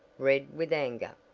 red with anger.